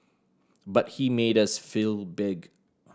but he made us feel big